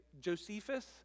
Josephus